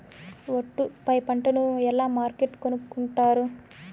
ఒట్టు పై పంటను ఎలా మార్కెట్ కొనుక్కొంటారు?